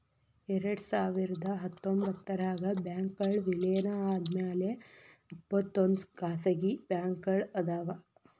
ಎರಡ್ಸಾವಿರದ ಹತ್ತೊಂಬತ್ತರಾಗ ಬ್ಯಾಂಕ್ಗಳ್ ವಿಲೇನ ಆದ್ಮ್ಯಾಲೆ ಇಪ್ಪತ್ತೊಂದ್ ಖಾಸಗಿ ಬ್ಯಾಂಕ್ಗಳ್ ಅದಾವ